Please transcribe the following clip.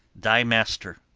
thy master,